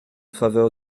faveur